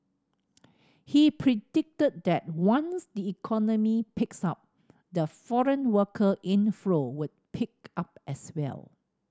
he predicted that once the economy picks up the foreign worker inflow would pick up as well